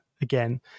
again